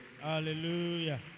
Hallelujah